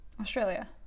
Australia